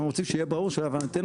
אבל אנחנו רוצים שיהיה ברור שלהבנתנו